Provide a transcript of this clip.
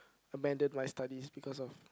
abandon my studies because of